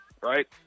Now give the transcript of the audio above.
right